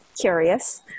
curious